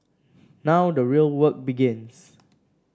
now the real work begins